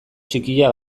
txikia